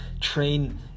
train